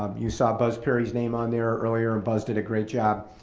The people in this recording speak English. um you saw buzz perry's name on there earlier and buzz did a great job